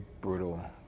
brutal